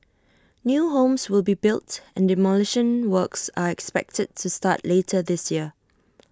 new homes will be built and demolition works are expected to start later this year